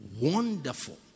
Wonderful